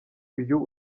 uyu